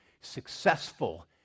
successful